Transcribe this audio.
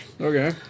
Okay